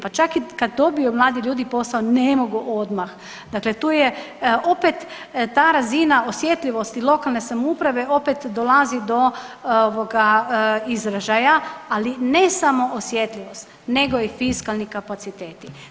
Pa čak i kad dobiju mladi ljudi posao ne mogu odmah, dakle tu je opet ta razina osjetljivosti lokalne samouprave opet dolazi do ovoga izražaja, ali ne samo osjetljivosti nego i fiskalni kapaciteti.